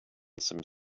some